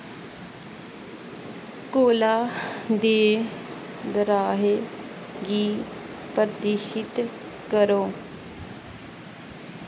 कोला दे दराहे गी प्रतिशित करो